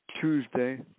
Tuesday